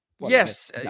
Yes